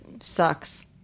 sucks